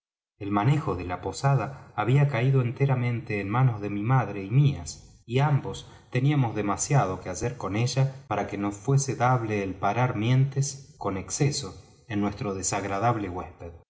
el manejo de la posada había caído enteramente en manos de mi madre y mías y ambos teníamos demasiado que hacer con ella para que nos fuese dable el parar mientes con exceso en nuestro desagradable huésped